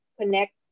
connect